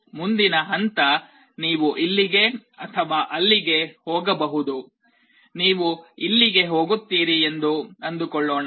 ಮುಂದಿನ ಹಂತ ನೀವು ಇಲ್ಲಿಗೆ ಅಥವಾ ಅಲ್ಲಿಗೆ ಹೋಗಬಹುದು ನೀವು ಇಲ್ಲಿಗೆ ಹೋಗುತ್ತೀರಿ ಎಂದು ಅಂದುಕೊಳ್ಳೋಣ